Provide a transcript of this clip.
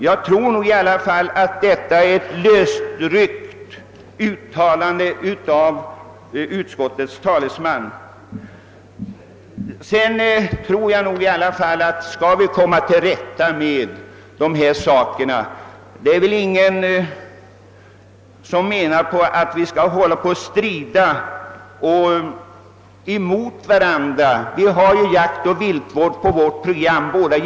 Det förefaller mig att vara ett lösligt uttalande av utskottets talesman. Enligt min mening måste vi försöka komma till rätta med dessa svårigheter. Det är väl ingen som menar att vi skall hålla på att strida mot varandra; båda jägarförbunden har ju jaktoch viltvård på sitt program.